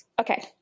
Okay